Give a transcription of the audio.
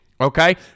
Okay